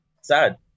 sad